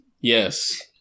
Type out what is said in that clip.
Yes